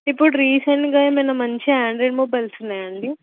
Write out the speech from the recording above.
ఇప్పుడు రిసేంట్గా ఏమైనా మంచి ఆండ్రాయిడ్ మొబైల్స్ ఉన్నయా అండి